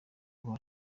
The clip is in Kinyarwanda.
kuba